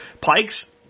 Pikes